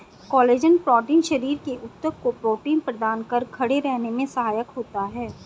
collagen protein शरीर के ऊतक को प्रोटीन प्रदान कर खड़े रहने में सहायक होता है